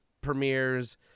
premieres